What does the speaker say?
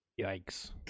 Yikes